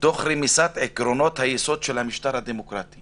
תוך רמיסת עקרונות היסוד של המשטר הדמוקרטי